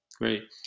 Great